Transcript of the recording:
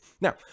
Now